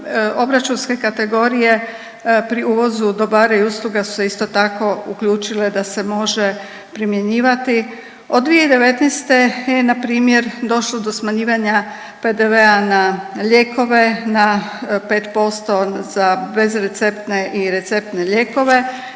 obračunske kategorije pri uvozu dobara i usluga su se isto tako uključile da se može primjenjivati. Od 2019. je npr. došlo do smanjivanja PDV-a na lijekove, na 5% za bezreceptne i receptne lijekove.